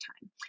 time